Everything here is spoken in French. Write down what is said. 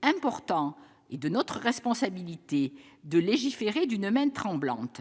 important et de notre responsabilité de légiférer d'une main tremblante.